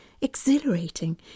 exhilarating